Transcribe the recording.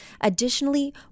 Additionally